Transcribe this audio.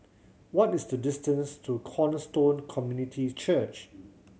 what is the distance to Cornerstone Community Church